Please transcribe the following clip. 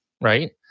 right